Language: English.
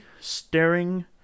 staring